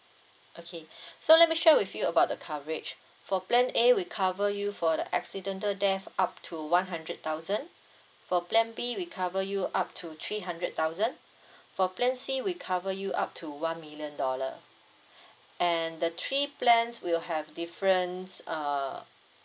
okay so let me share with you about the coverage for plan A we cover you for the accidental death up to one hundred thousand for plan B we cover you up to three hundred thousand for plan C we cover you up to one million dollar and the three plans will have difference err